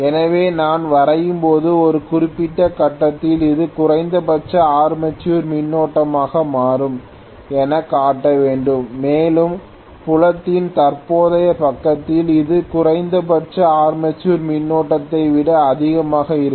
எனவே நான் வரையும்போது ஒரு குறிப்பிட்ட கட்டத்தில் அது குறைந்தபட்ச ஆர்மேச்சர் மின்னோட்டமாக மாறும் எனக் காட்ட வேண்டும் மேலும் புலத்தின் தற்போதைய பக்கத்தில் இது குறைந்தபட்ச ஆர்மேச்சர் மின்னோட்டத்தை விட அதிகமாக இருக்கும்